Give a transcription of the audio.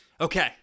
Okay